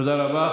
תודה רבה.